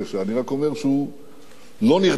אני רק אומר שהוא לא נרתע.